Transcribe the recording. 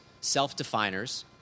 self-definers